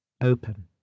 open